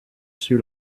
sur